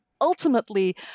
ultimately